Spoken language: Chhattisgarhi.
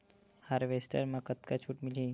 हारवेस्टर म कतका छूट मिलही?